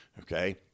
Okay